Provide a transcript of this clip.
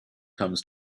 comes